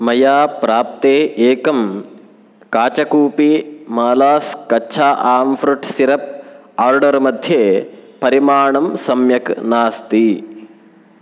मया प्राप्ते एकं काचकूपी मालास् कच्चा आम् फ्रुट् सिरप् आर्डर् मध्ये परिमाणं सम्यक् नास्ति